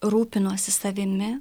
rūpinuosi savimi